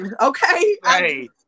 okay